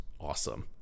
awesome